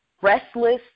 restless